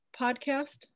podcast